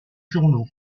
journaux